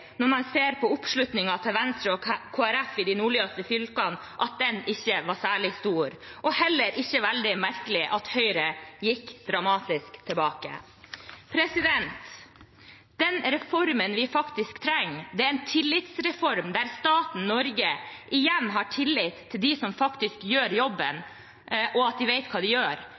når man ser på oppslutningen til Venstre og Kristelig Folkeparti i de nordligste fylkene, at den ikke var særlig stor, og heller ikke veldig merkelig at Høyre gikk dramatisk tilbake. Reformen vi faktisk trenger, er en tillitsreform der staten Norge igjen har tillit til dem som faktisk gjør jobben, at de vet hva de gjør,